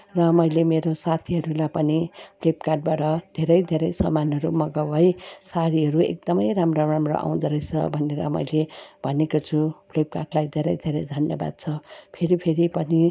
र मैले मेरो साथीहरूलाई पनि फ्लिपकार्टबाट धेरै धेरै समानहरू मगाऊ है सारीहरू एएकदमै राम्रो राम्रो आउँदो रहेछ भनेर मैले भनेको छु फ्लिपकार्टलाई धेरै धेरै धन्यवाद छ फेरि फेरि पनि